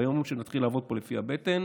ביום שנתחיל לעבוד פה לפי הבטן,